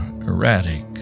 erratic